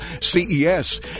CES